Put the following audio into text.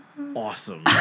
awesome